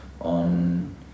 on